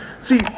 see